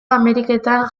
ameriketan